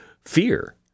fear